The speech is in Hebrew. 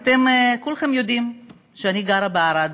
כולכם יודעים שאני גרה בערד,